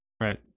Right